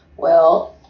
well,